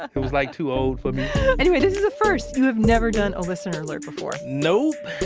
it was like too old for me anyway, this is a first! you have never done a listener alert before nope,